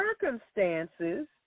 circumstances